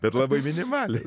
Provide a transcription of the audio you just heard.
bet labai minimaliai